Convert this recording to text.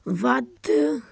ਵੱਧ